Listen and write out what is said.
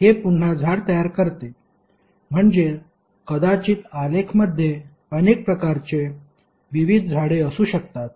हे पुन्हा झाड तयार करते म्हणजे कदाचित आलेखमध्ये अनेक प्रकारचे विविध झाडे असू शकतात